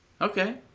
Okay